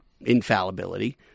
infallibility